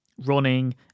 running